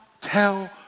tell